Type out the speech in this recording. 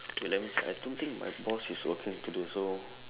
okay let me see I don't think my boss is working today so